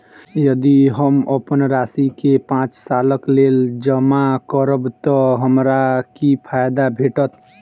यदि हम अप्पन राशि केँ पांच सालक लेल जमा करब तऽ हमरा की फायदा भेटत?